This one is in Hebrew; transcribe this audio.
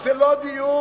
זה לא הדיון.